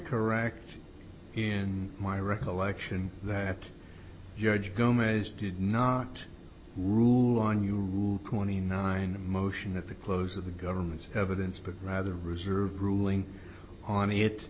correct in my recollection that judges gomez did not rule on your rule twenty nine motion at the close of the government's evidence but rather reserve ruling on it